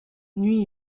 nuit